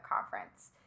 conference